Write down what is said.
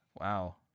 Wow